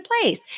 place